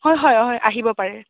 হয় হয় হয় আহিব পাৰে